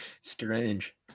Strange